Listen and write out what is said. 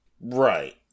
Right